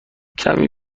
کمی